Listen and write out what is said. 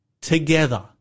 together